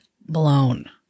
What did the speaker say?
blown